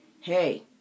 Hey